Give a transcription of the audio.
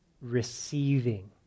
receiving